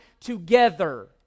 together